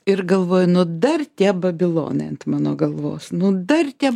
ir galvoju nu dar tie babilonai ant mano galvos nu dar tie